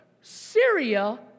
Syria